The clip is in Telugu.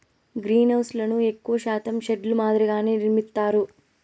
గ్రీన్హౌస్లను ఎక్కువ శాతం షెడ్ ల మాదిరిగానే నిర్మిత్తారు